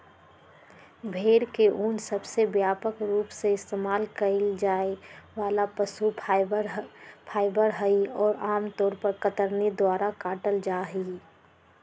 भेड़ के ऊन सबसे व्यापक रूप से इस्तेमाल कइल जाये वाला पशु फाइबर हई, और आमतौर पर कतरनी द्वारा काटल जाहई